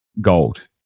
gold